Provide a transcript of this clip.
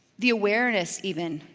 the awareness even,